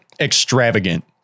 extravagant